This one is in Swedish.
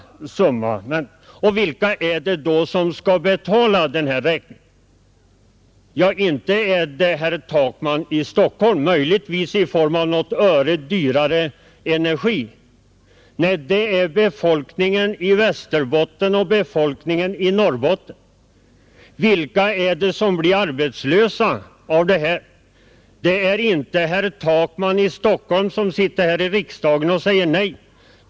Vilka är det då som skall betala denna räkning? Ja, inte är det herr Takman i Stockholm annat än möjligtvis i form av en något öre dyrare energi. Nej, det är befolkningen i Västerbotten och Norrbotten. Vilka är det som blir arbetslösa på grund av stoppade kraftverksbyggen? Det är inte herr Takman som sitter här i riksdagen i Stockholm och säger nej.